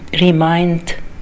remind